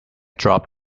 drop